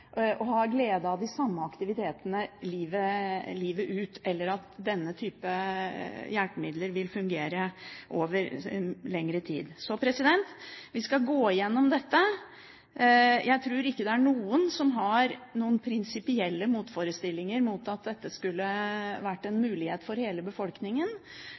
og har glede av de samme aktivitetene livet ut, eller at denne type hjelpemidler vil fungere over lengre tid. Så vi skal gå gjennom dette. Jeg tror ikke det er noen som har noen prinsipielle motforestillinger mot at dette skulle vært en mulighet for hele befolkningen,